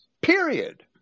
period